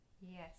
yes